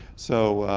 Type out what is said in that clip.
so,